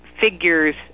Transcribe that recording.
figures